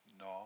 No